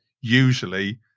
usually